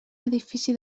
edifici